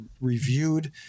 reviewed